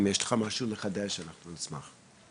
אם יש לך משהו לחדש לנו אנחנו נשמח לשמוע אותו.